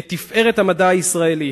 את תפארת המדע הישראלי,